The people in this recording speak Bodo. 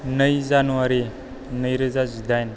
नै जानुवारि नै रोजा जिदाइन